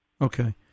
Okay